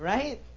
Right